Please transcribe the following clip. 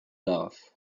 love